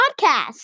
podcast